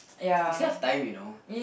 you still have time you know